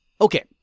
Okay